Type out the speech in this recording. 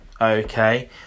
okay